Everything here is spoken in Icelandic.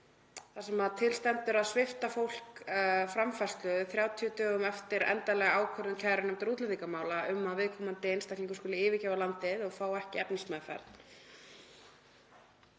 þar sem til stendur að svipta fólk framfærslu 30 dögum eftir endanlega ákvörðun kærunefndar útlendingamála um að viðkomandi einstaklingur skuli yfirgefa landið og fái ekki efnismeðferð